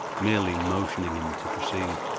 merely motioning him to proceed.